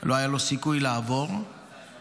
אבל מה הוא נותן?